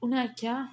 उनें आखेआ